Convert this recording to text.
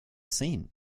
seen